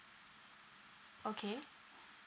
okay